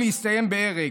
הממשלה,